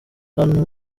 hano